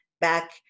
back